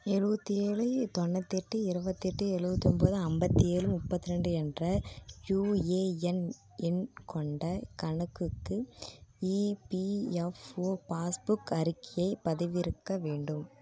எழுவத்தி ஏழு தொண்ணூத்தெட்டு இருபத்தெட்டு எழுவத்தி ஒம்பது ஐம்பத்தி ஏழு முப்பத் ரெண்டு என்ற யூஏஎன் எண் கொண்ட கணக்குக்கு ஈபிஎஃப்ஓ பாஸ்புக் அறிக்கையை பதிவிறக்க வேண்டும்